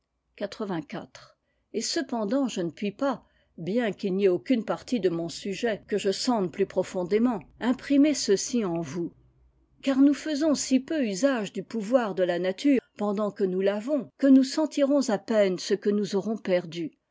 et cependant je ne puis pas bien qu'il n'y ait aucune partie de mon sujet que je sente plus profondément imprimer ceci en vous car nous faisons si peu usage du pouvoir de la nature pendant que nous l'avons que nous sentirons à peine ce que nous aurons perdu